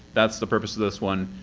that's the purpose of this one.